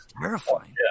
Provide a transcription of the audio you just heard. terrifying